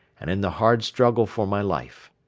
and in the hard struggle for my life.